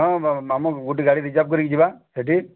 ହଁ ମାମୁଁ ଗୋଟେ ଗାଡ଼ି ରିଜର୍ଭ କରିକି ଯିବା ସେଠି